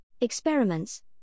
Experiments